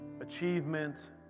achievement